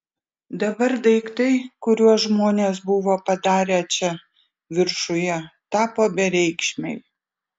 dabar daiktai kuriuos žmonės buvo padarę čia viršuje tapo bereikšmiai